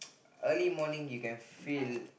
early morning you can feel